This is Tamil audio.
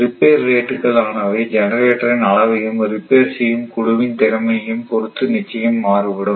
ரிப்பேர் ரேட்டுக்கள் ஆனவை ஜெனரேட்டர் இன் அளவையும் ரிப்பேர் செய்யும் குழுவின் திறமையைப் பொறுத்து நிச்சயம் மாறுபடும்